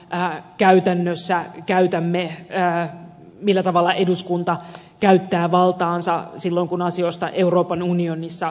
tänään käytännössä käytämme ja millä tavalla käytännössä eduskunta käyttää valtaansa silloin kun asioista euroopan unionissa päätetään